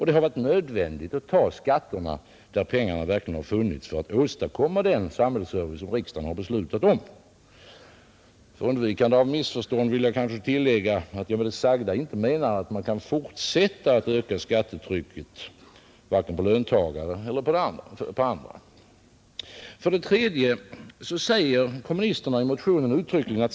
Det har varit nödvändigt att ta ut skatterna där pengarna verkligen funnits för att åstadkomma den samhällsservice som riksdagen beslutat om För undvikande av missförstånd vill jag tillägga, att jag med det sagda inte menar att man kan fortsätta att öka skattetrycket, varken på löntagare eller på andra. 3.